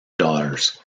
daughters